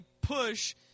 push